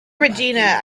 regina